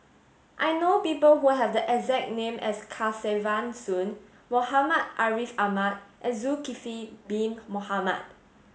I know people who have the exact name as Kesavan Soon Muhammad Ariff Ahmad and Zulkifli bin Mohamed